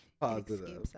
positive